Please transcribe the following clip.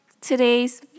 today's